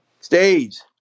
stage